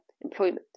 employment